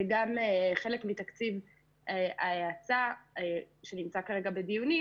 וגם חלק מתקציב ההאצה שנמצא כרגע בדיונים,